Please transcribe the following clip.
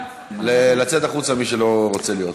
לצאת החוצה, מי שלא רוצה להיות.